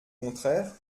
contraire